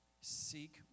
seek